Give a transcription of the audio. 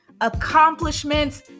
accomplishments